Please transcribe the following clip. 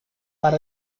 par